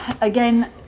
again